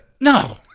No